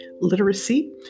literacy